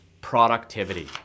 productivity